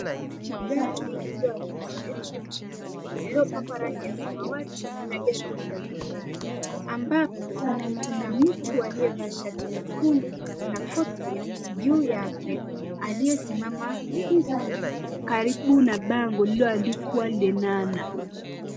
Magari lililoandikwa Metrotrans lililopakwa rangi ya samawati limeegeshwa kando ya barabara ambapo kuna mtu aliyevaa shati nyekundu na koti nyeusi juu yake, aliyesimama huku karibu na bango lililoandikwa Lenana.